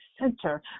center